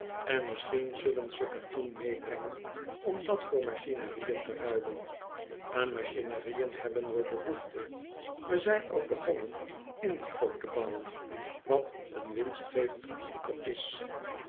en misschien zullen ze katoen meebrengen om dat voor machinerieën te ruilen aan machinerieën hebben we behoefte we zijn ook begonnen indigo te bouwen wat een winstgevend artikel is